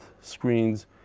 screens